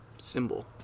symbol